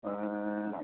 ए